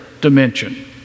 dimension